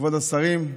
כבוד השרים,